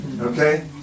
okay